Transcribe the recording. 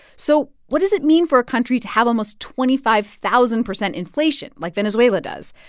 so what does it mean for a country to have almost twenty five thousand percent inflation like venezuela does?